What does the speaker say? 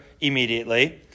immediately